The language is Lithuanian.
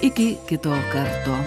iki kito karto